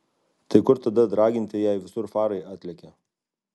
tai kur tada draginti jei visur farai atlekia